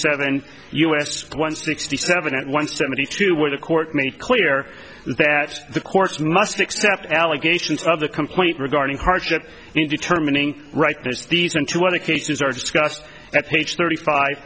seven u s one sixty seven at once seventy two where the court made clear that the courts must accept allegations of the complaint regarding hardship in determining right this these are two other cases are discussed at page thirty five